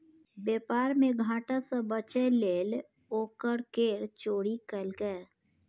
बेपार मे घाटा सँ बचय लेल ओ कर केर चोरी केलकै